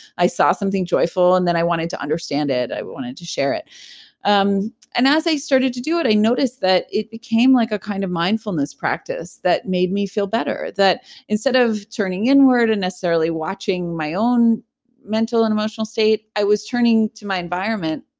i saw something joyful. and then i wanted to understand it, i wanted to share it um and as i started to do it, i noticed that it became like a kind of mindfulness practice that made me feel better. that instead of turning inward, and necessarily watching my own mental and emotional state, i was turning to my environment,